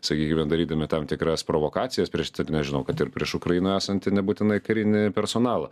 sakykime darydami tam tikras provokacijas prieš tiek nežinau kad ir prieš ukrainą esantį nebūtinai karinį personalą